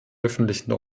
öffentlichen